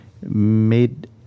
made